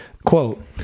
Quote